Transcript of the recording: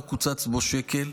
לא קוצץ בו שקל.